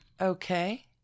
Okay